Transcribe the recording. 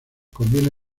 conviene